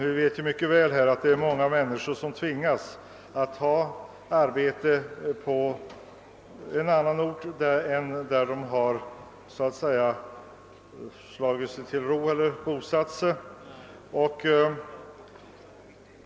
Vi vet ju att många människor tvingas arbeta på annan ort än där de bosatt sig.